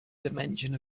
dimension